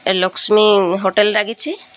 ଏ Lakshmi hotel ଲାଗିଛି